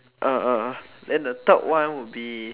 uh then the third one would be